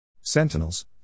Sentinels